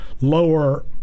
lower